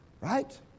Right